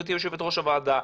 גברתי יושבת ראש הוועדה,